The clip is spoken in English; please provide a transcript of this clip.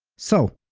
so,